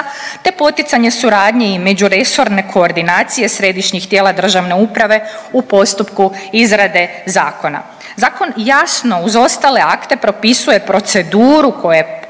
te poticanje suradnje i međuresorne koordinacija središnjih tijela državne uprave u postupku izrade zakona. Zakon jasno, uz ostale akte propisuje proceduru koju